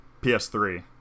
PS3